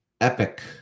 epic